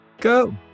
go